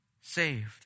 saved